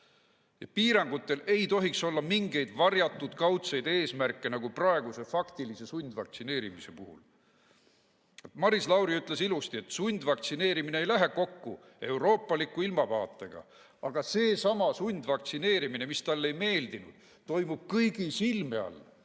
Piirangutel ei tohiks olla mingeid varjatud kaudseid eesmärke nagu praeguse faktilise sundvaktsineerimise puhul. Maris Lauri ütles ilusti, et sundvaktsineerimine ei lähe kokku euroopaliku ilmavaatega, aga seesama sundvaktsineerimine, mis talle ei meeldinud, toimub kõigi silme all